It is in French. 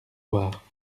loire